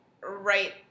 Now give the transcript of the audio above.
right